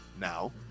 Now